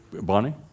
Bonnie